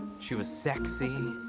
she was sexy.